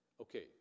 Okay